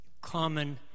Common